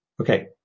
Okay